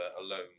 alone